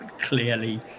clearly